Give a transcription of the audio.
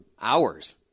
hours